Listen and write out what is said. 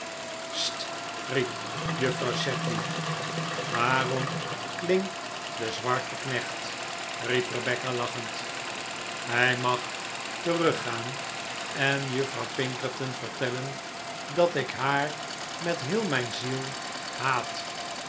juffrouw sedley waarom klikt de zwarte knecht riep rebecca lachend hij mag teruggaan en juffrouw pinkerton vertellen dat ik haar met heel mijn ziel haat